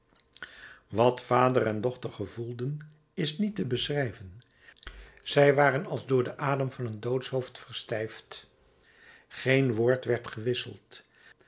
wat vader en dochter gevoelden is niet te beschrijven zij waren als door den adem van een doodshoofd verstijfd geen woord werd gewisseld